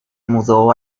mudó